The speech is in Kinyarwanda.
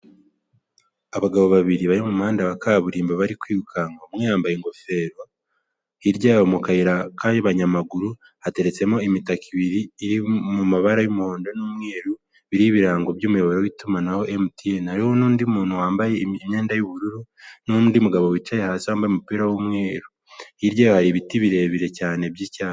Abagabo babiri bari muhanda wa kaburimbo bari kwirukanka, umwe yambaye ingofero, hirya habo mu kayira k'abanyamaguru hateretsemo imitakako ibiri iri mu mabara y'umuhondo n'umweru biribirango by'umuyoboro w'itumanaho mtn le n'undi muntu wambaye imyenda y'ubururu n'undi mugabo wicaye hasimbaye umupira w'umweru hirya hari ibiti birebire cyane by'icyayi.